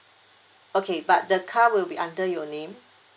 okay but the car will be under your name